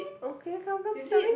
okay come come tell me